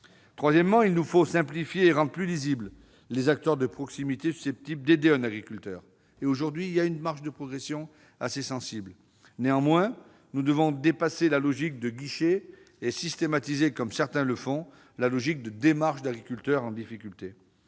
d'y parvenir. Il nous faut également rendre plus visibles les acteurs de proximité susceptibles d'aider un agriculteur. Aujourd'hui, il y a une marge de progression assez sensible. Néanmoins, nous devons dépasser la logique de guichet et systématiser, comme certains le font, la logique de démarche vers les agriculteurs en difficulté.